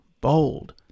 bold